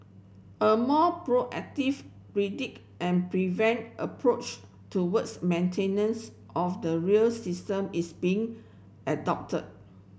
a more proactive predict and prevent approach towards maintenance of the rail system is being adopted